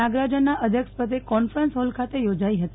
નાગરાજનના અધ્યક્ષપદે conference hall ખાતે યોજાઇ હતી